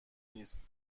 نیست